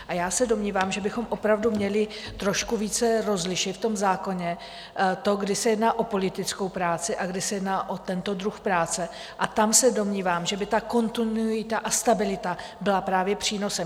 A já se domnívám, že bychom opravdu měli trošku více rozlišit v tom zákoně to, kdy se jedná o politickou práci a kdy se jedná o tento druh práce, a tam se domnívám, že by ta kontinuita a stabilita byla právě přínosem.